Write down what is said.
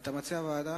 מליאה.